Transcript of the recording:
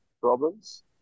problems